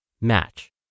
match